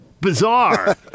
Bizarre